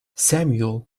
samuel